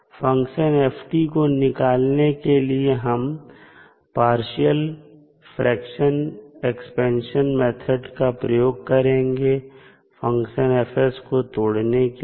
function f को निकालने के लिए हम पार्शियल फ्रेक्शन एक्सपेंशन मेथड का प्रयोग करेंगे फंक्शन F को तोड़ने के लिए